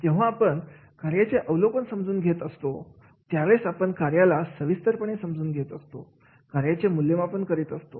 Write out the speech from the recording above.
जेव्हा आपण कार्याचे अवलोकन समजून घेत असतो त्यावेळेस आपण कार्याला सविस्तरपणे समजून घेत असतो कार्याचे मूल्यमापन करीत असतो